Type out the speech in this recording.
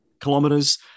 kilometers